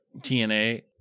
TNA